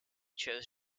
chose